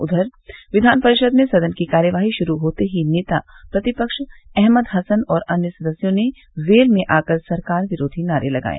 उधर विधान परिषद में सदन की कार्यवाही शुरू होते ही नेता प्रतिपक्ष अहमद हसन और अन्य सदस्यों ने वेल में आकर सरकार विरोधी नारे लगाये